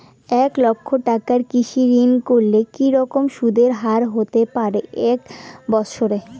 এক লক্ষ টাকার কৃষি ঋণ করলে কি রকম সুদের হারহতে পারে এক বৎসরে?